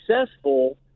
successful